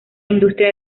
industria